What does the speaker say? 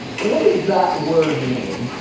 what does that word mean,